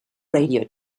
radio